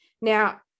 Now